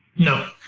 no.